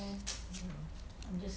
ya